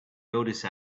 notice